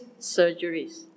surgeries